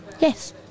Yes